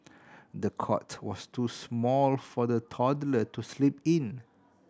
the cot was too small for the toddler to sleep in